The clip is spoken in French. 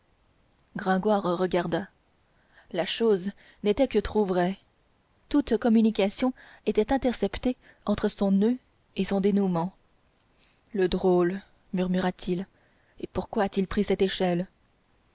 gringoire regarda la chose n'était que trop vraie toute communication était interceptée entre son noeud et son dénouement le drôle murmura-t-il et pourquoi a-t-il pris cette échelle